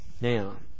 Now